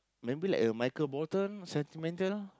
maybe like uh Michael-Bolton sentimental